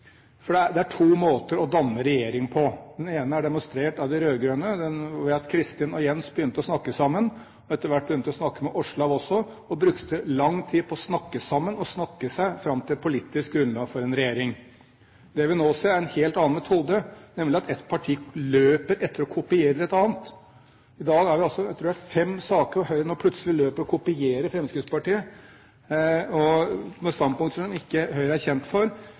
Det er to måter å danne regjering på. Den ene er demonstrert av de rød-grønne ved at Kristin og Jens begynte å snakke sammen, og etter hvert også begynte å snakke med Åslaug. De brukte lang tid på å snakke sammen, til å snakke seg fram til et politisk grunnlag for en regjering. Det vi nå ser, er en helt annen metode, nemlig at et parti løper etter og kopierer et annet. I dag har vi altså fem saker, tror jeg det er, hvor Høyre nå plutselig løper og kopierer Fremskrittspartiet, med standpunkter som ikke Høyre er kjent for.